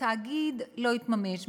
התאגיד לא התממש.